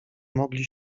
mogli